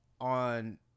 on